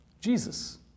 Jesus